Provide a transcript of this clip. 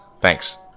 thanks